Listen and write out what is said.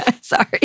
Sorry